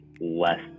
less